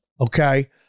Okay